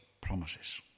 promises